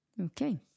Okay